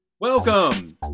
Welcome